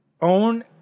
own